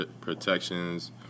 protections